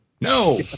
no